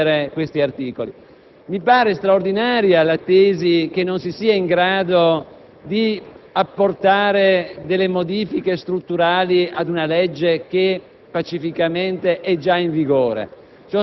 in pochi giorni, questi articoli. Mi pare straordinaria la tesi che non si sia in grado di apportare delle modifiche strutturali ad una legge che